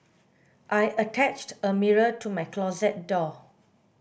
I attached a mirror to my closet door